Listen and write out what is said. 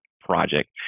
project